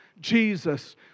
Jesus